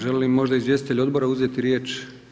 Želi li možda izvjestitelj odbora uzeti riječ?